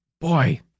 boy